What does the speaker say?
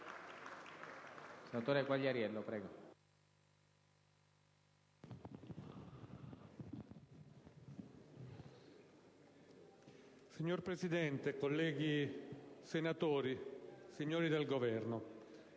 Signor Presidente, colleghi, signori del Governo,